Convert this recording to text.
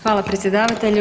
Hvala predsjedavatelju.